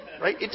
right